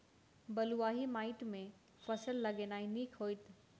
बलुआही माटि मे केँ फसल लगेनाइ नीक होइत?